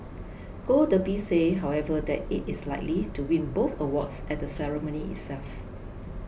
Gold Derby say however that it is likely to win both awards at the ceremony itself